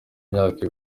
imyaka